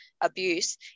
Abuse